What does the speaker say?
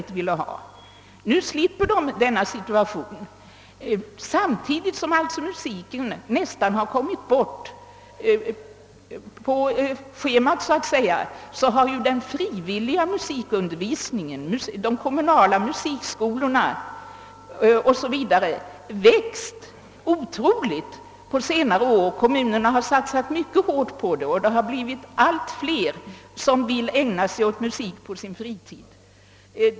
Nu kommer de att slippa den situationen. Samtidigt som musiken nästan försvunnit från schemat har den frivilliga musikundervisningen, den undervisning som bedrivs av de kommunala musikskolorna, växt otroligt på senare tid. Kommunerna har satsat mycket hårt på den, och det är allt fler som vill ägna sig åt musik på sin fritid.